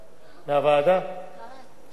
שעבדה בשעות לא מקובלות,